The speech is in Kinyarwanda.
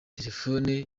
telefone